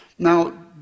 Now